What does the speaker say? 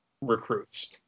recruits